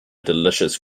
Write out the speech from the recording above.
delicious